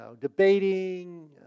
debating